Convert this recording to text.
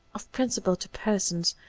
of principle to persons,